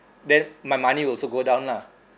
then my money also go down lah